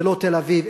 ולא תל-אביב,